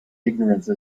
ignorance